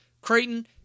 Creighton